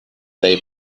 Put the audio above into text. they